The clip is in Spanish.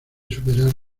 superar